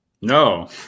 No